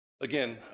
Again